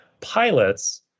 pilots